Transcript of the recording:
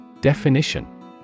Definition